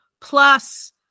plus